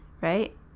right